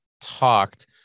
talked